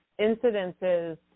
incidences